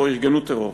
או ארגנו טרור.